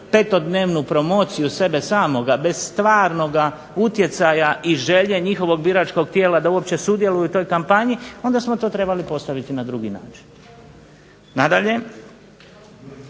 5-dnevnu promociju sebe samoga bez stvarnoga utjecaja i želje njihovog biračkog tijela da uopće sudjeluju u toj kampanji onda smo to trebali postaviti na drugi način. Nadalje,